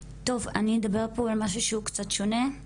טוב, אני אדבר פה על משהו שהוא קצת שונה.